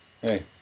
hey